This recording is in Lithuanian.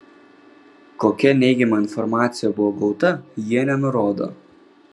kokia neigiama informacija buvo gauta jie nenurodo